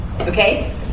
okay